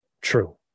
True